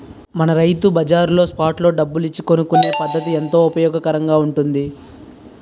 మన రైతు బజార్లో స్పాట్ లో డబ్బులు ఇచ్చి కొనుక్కునే పద్దతి ఎంతో ఉపయోగకరంగా ఉంటుంది